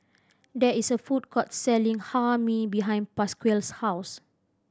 there is a food court selling Hae Mee behind Pasquale's house